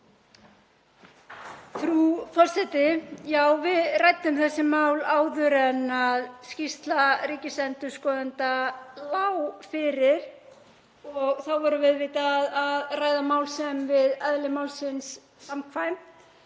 Frú forseti. Já, við ræddum þessi mál áður en skýrsla ríkisendurskoðanda lá fyrir og þá vorum við auðvitað að ræða mál sem við eðli málsins samkvæmt